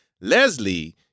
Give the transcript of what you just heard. Leslie